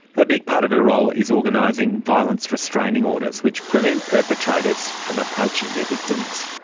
a big part of role is organising violence restraining orders which prevent perpetrators from approaching their victims.